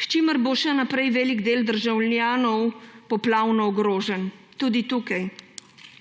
s čimer bo še naprej velik del državljanov poplavno ogrožen. Tudi tukaj